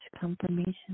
confirmation